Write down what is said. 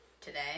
today